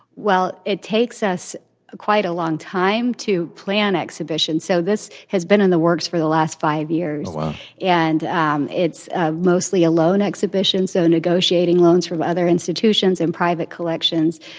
well, it takes us ah quite a long time to plan exhibitions. so this has been in the works for the last five years and um it's ah mostly a loan exhibition. so negotiating loans from other institutions and private collections,